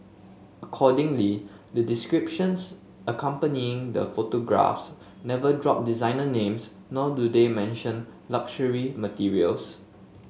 accordingly the descriptions accompanying the photographs never drop designer names nor do they mention luxury materials